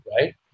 right